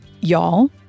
Y'all